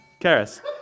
Karis